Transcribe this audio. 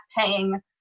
paying